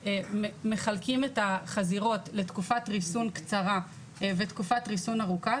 כשמחלקים את החזירות לתקופת ריסון קצרה ותקופת ריסון ארוכה,